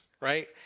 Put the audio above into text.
right